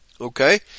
Okay